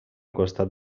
costat